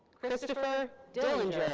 christopher dillinger.